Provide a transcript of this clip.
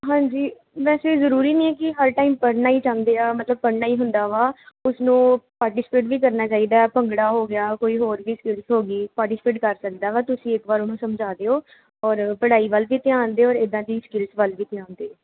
ਹਾਂਜੀ ਵੈਸੇ ਜ਼ਰੂਰੀ ਨਹੀਂ ਹੈ ਕਿ ਹਰ ਟਾਈਮ ਪੜ੍ਹਨਾ ਹੀ ਚਾਹੁੰਦੇ ਆ ਮਤਲਬ ਪੜ੍ਹਨਾ ਹੀ ਹੁੰਦਾ ਵਾ ਉਸ ਨੂੰ ਪਾਰਟੀਸਪੇਟ ਵੀ ਕਰਨਾ ਚਾਹੀਦਾ ਭੰਗੜਾ ਹੋ ਗਿਆ ਕੋਈ ਹੋਰ ਵੀ ਸਕਿੱਲਸ ਹੋ ਗਈ ਪਾਰਟੀਸਪੇਟ ਕਰ ਸਕਦਾ ਵਾ ਤੁਸੀਂ ਇੱਕ ਵਾਰ ਉਹ ਨੂੰ ਸਮਝਾ ਦਿਓ ਔਰ ਪੜ੍ਹਾਈ ਵੱਲ ਵੀ ਧਿਆਨ ਦੇ ਔਰ ਇੱਦਾਂ ਦੀ ਸਕਿੱਲਸ ਵੱਲ ਵੀ ਧਿਆਨ ਦੇ